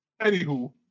anywho